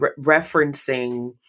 referencing